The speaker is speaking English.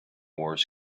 wars